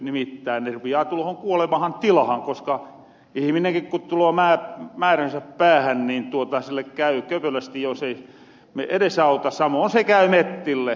nimittäin ne rupiaa tulohon kuolemahan tilahan koska ihminenkin ku tuloo määränsä päähän niin sille käy köpelösti jos ei me edesauta samoon se käy mettille